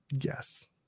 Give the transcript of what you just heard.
Yes